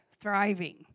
thriving